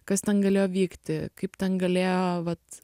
kas ten galėjo vykti kaip ten galėjo vat